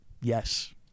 yes